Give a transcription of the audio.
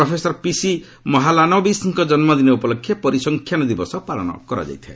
professor P C ମହାଲାନୋବିସ୍ଙ୍କ ଜନ୍ମଦିନ ଉପଲକ୍ଷେ ପରିସଂଖ୍ୟାନ ଦିବସ ପାଳନ କରାଯାଇଥାଏ